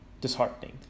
disheartening